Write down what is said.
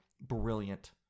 Brilliant